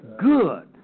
good